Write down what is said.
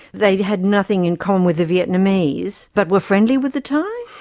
they had nothing in common with the vietnamese, but were friendly with the thai?